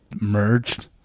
merged